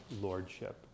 lordship